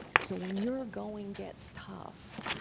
so when your going gets tough,